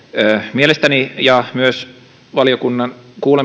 mielestäni ja myös valiokunnan